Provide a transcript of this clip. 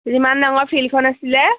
যিমান ডাঙৰ ফিল্ডখন আছিলে